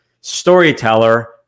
storyteller